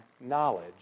knowledge